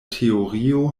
teorio